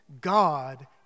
God